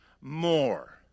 more